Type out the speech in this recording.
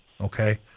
Okay